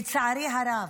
לצערי הרב,